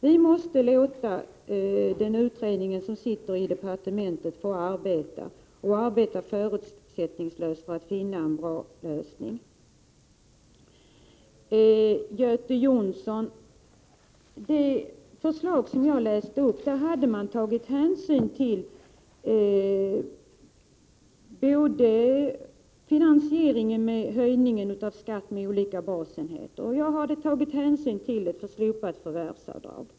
Vi måste låta den sittande utredningen i departementet få arbeta förutsättningslöst för att finna en bra lösning. Göte Jonsson! I det förslag som jag läste upp hade jag tagit hänsyn till finansieringen med höjning av skatt med olika basenheter. Jag hade också tagit hänsyn till ett slopat förvärvsavdrag.